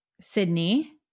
Sydney